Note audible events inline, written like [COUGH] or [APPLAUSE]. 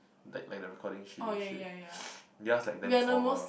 like like the recording she she [NOISE] theirs like that formal